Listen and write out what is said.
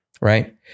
right